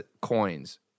coins